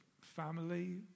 family